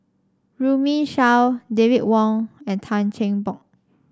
Runme Shaw David Wong and Tan Cheng Bock